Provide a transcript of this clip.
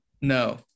No